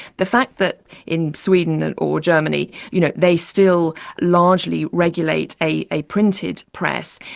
the fact that in sweden and or germany, you know, they still largely regulate a a printed press,